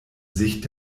sicht